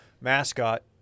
mascot